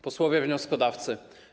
Posłowie Wnioskodawcy!